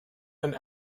and